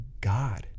God